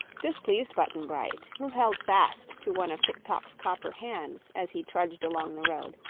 this pleased button-bright, who held fast to one of tik-tok's copper hands as he trudged along the road,